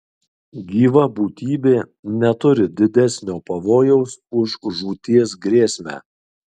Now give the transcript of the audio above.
gyva būtybė neturi didesnio pavojaus už žūties grėsmę